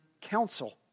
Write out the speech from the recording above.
counsel